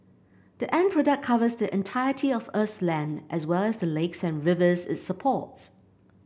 the end product covers the entirety of Earth's land as well as the lakes and rivers it supports